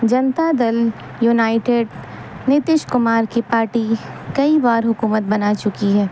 جنتا Dal united Nitish Kumar کی party کئی بار حکومت بنا چکی ہے